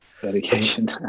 dedication